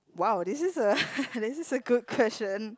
!wow! this is a this is a good question